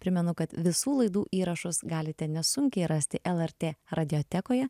primenu kad visų laidų įrašus galite nesunkiai rasti lrt radiotekoje